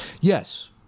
Yes